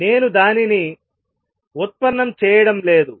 నేను దానిని ఉత్పన్నం చేయడం లేదు